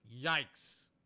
yikes